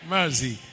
Mercy